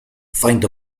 find